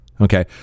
Okay